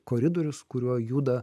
koridorius kuriuo juda